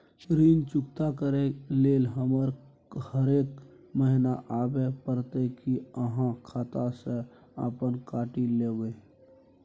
ऋण चुकता करै के लेल हमरा हरेक महीने आबै परतै कि आहाँ खाता स अपने काटि लेबै?